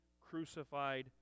crucified